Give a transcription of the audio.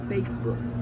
Facebook